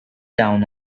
down